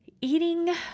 eating